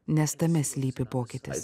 nes tame slypi pokytis